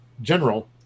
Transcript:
general